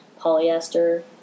polyester